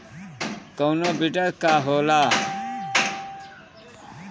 कोनो बिडर का होला?